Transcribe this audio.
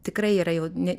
tikrai yra jau ne